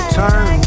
turn